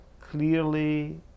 clearly